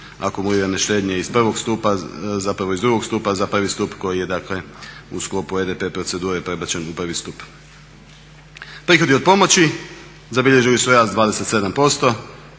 akumulirane štednje iz drugog stupa, za prvi stup koji je u sklopu EDP procedure prebačen u prvi stup. Prihodi od pomoći zabilježili su rast 27%